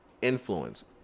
influence